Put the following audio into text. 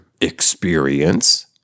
experience